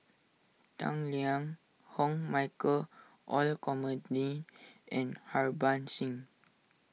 Tang Liang Hong Michael Olcomendy and Harbans Singh